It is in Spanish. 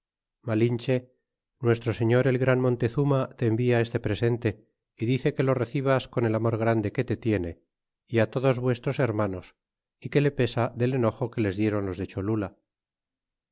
malinche nuestro señor el gran montezurna te cavia este presente y dice que lo recibas con el amor grande que te tiene é todos vuestros hermanos é que le pesa del enojo que les dieron los de cholula